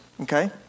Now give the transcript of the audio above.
Okay